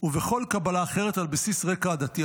ובכל קבלה אחרת על בסיס רקע עדתי.